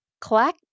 Clack